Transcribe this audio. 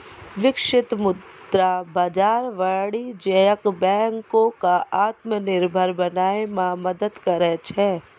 बिकसित मुद्रा बाजार वाणिज्यक बैंको क आत्मनिर्भर बनाय म मदद करै छै